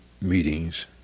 meetings